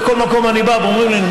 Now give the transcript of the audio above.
בכל מקום שאני בא ואומרים לי,